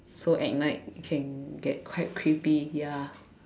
so at night can get quite creepy ya